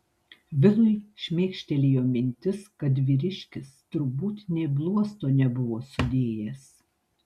vilui šmėkštelėjo mintis kad vyriškis turbūt nė bluosto nebuvo sudėjęs